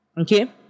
Okay